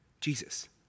Jesus